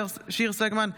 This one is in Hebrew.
אינו נוכח מיכל שיר סגמן,